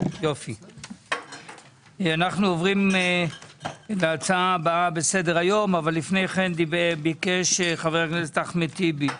אנו עוברים להצעה הבאה בסדר-היום אבל לפני כן ביקש חבר הכנסת אחמד טיבי,